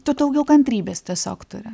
tu daugiau kantrybės tiesiog turi